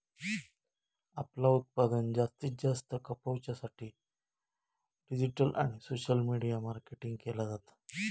आपला उत्पादन जास्तीत जास्त खपवच्या साठी डिजिटल आणि सोशल मीडिया मार्केटिंग केला जाता